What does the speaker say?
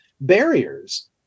barriers